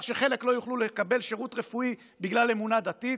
שחלק לא יוכלו לקבל שירות רפואי בגלל אמונה דתית,